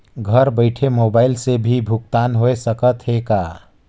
घर बइठे मोबाईल से भी भुगतान होय सकथे का?